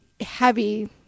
heavy